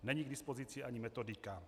Není k dispozici ani metodika.